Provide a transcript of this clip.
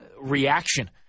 reaction